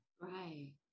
right